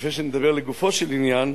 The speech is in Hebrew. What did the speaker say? לפני שאני מדבר לגופו של עניין,